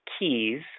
keys